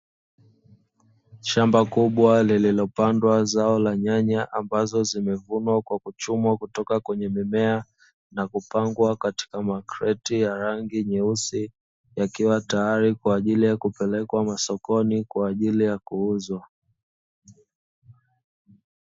Shamba kubwa ambalo limepandwa zao la nyanya ambazo zimevunwa kutoka kwenye mimea, na kupangwa katika makreti ya rangi nyeusi yakiwa tayari kupelekwa masokoni kwa ajili ya kuuzwa.